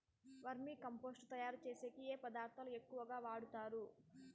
వర్మి compost తయారుచేసేకి ఏ పదార్థాలు ఎక్కువగా వాడుతారు